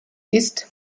ist